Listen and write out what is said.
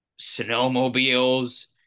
snowmobiles